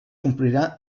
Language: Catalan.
complirà